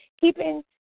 keeping